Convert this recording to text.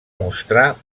mostrar